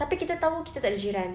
tapi kita tahu kita takde jiran